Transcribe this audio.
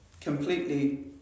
completely